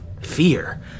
fear